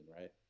right